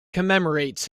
commemorates